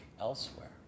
elsewhere